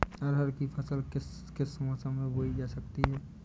अरहर की फसल किस किस मौसम में बोई जा सकती है?